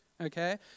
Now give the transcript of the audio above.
Okay